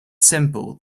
simple